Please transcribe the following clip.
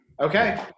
okay